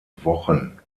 wochen